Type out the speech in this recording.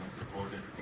supported